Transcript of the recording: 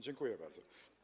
Dziękuję bardzo.